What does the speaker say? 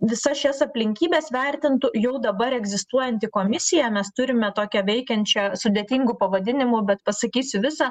visas šias aplinkybes vertintų jau dabar egzistuojanti komisija mes turime tokią veikiančią sudėtingu pavadinimu bet pasakysiu visą